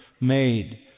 made